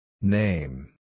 Name